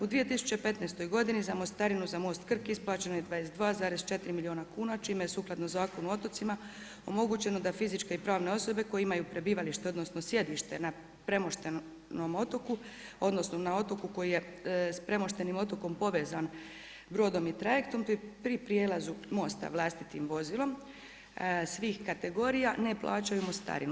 U 2015. godini za mostarinu za most Krk isplaćeno je 22,4 milijuna kuna čime je sukladno Zakonu o otocima omogućeno da fizičke i pravne osobe koje imaju prebivalište odnosno sjedište na premoštenom otoku, odnosno na otoku koji je s premoštenim otokom povezan brodom i trajektom, te pri prijelazu mosta vlastitim vozilom svih kategorija ne plaćaju mostarinu.